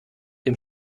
dem